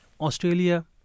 Australia